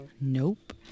Nope